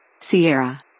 Sierra